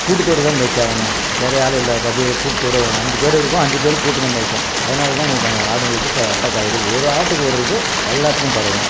கூட்டத்தோடய தான் மேய்ச்சாகணும் வேறு யாரும் இல்லை அப்போ அப்படியே கூட்டத்தோடய அஞ்சு பேர் இருக்கோம் அஞ்சு பேரும் கூட்டமாக மேய்ப்போம் அதனால் தான் உங்களுக்கான ஆடுங்களுக்கு க அட்டாக் ஆகுது ஒரு ஆட்டுக்கு வரது எல்லாத்துக்கும் பரவும்